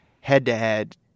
head-to-head